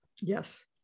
yes